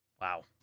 Wow